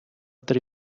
три